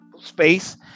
space